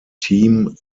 team